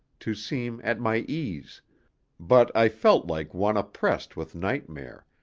to seem at my ease but i felt like one oppressed with nightmare,